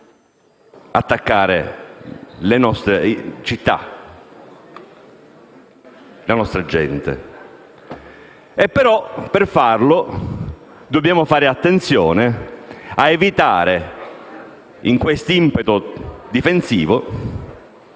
attaccare le nostre città e la nostra gente. Tuttavia, per farlo dobbiamo fare attenzione ad evitare, in questo impeto difensivo,